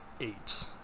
eight